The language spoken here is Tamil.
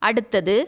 அடுத்தது